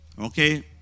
okay